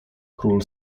król